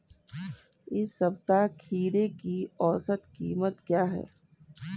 इस सप्ताह खीरे की औसत कीमत क्या है?